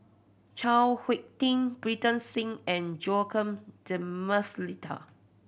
Chao Hick Tin Pritam Singh and Joaquim D'Almeida